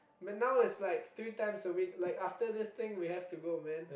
but now it's like three times a week like after this thing we have to go man